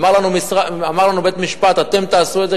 אמר לנו בית-משפט: אתם תעשו את זה,